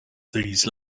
these